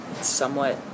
somewhat